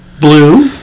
blue